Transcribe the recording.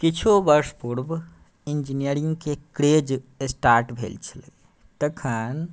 किछु वर्ष पूर्व इन्जिनियरिंगके क्रेज स्टार्ट भेल छलै तखन